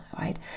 right